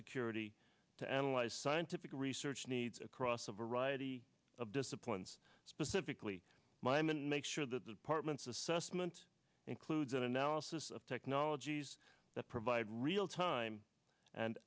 security to analyze scientific research needs across a variety of disciplines specifically my men make sure that the department's assessment includes an analysis of technologies that provide real time and